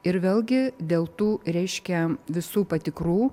ir vėlgi dėl tų reiškia visų patikrų